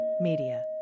Media